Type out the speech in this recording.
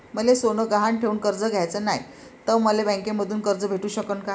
मले सोनं गहान ठेवून कर्ज घ्याचं नाय, त मले बँकेमधून कर्ज भेटू शकन का?